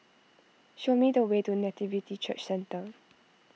show me the way to Nativity Church Centre